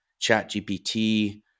ChatGPT